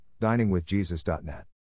diningwithjesus.net